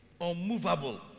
unmovable